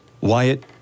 Wyatt